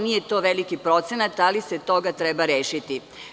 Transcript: Nije to veliki procenat, ali se toga treba rešiti.